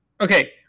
Okay